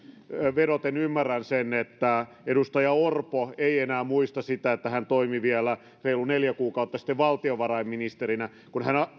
vedoten ymmärrän sen että edustaja orpo ei enää muista sitä että hän toimi vielä reilu neljä kuukautta sitten valtiovarainministerinä kun hän